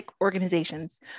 organizations